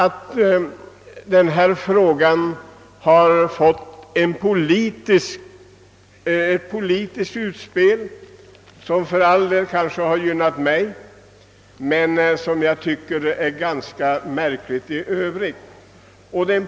I denna fråga har det ju gjorts ett politiskt utspel, som för all del gynnat mig men som jag dock anser ganska märkligt.